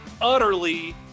utterly